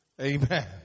Amen